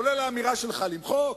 כולל האמירה שלך למחוק,